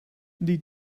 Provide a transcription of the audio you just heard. die